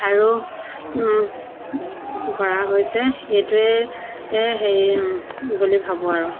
আৰু কৰা হৈছে এইটোৱে হেৰি বুলি ভাবোঁ আৰু